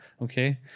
Okay